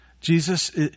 Jesus